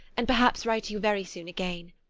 and, perhaps, write you very soon again.